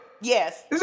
Yes